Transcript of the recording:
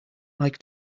like